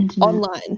online